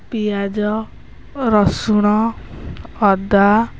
ପିଆଜ ରସୁଣ ଅଦା